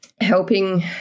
helping